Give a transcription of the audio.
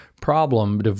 problem